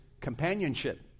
companionship